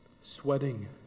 sweating